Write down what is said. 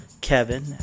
Kevin